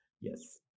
Yes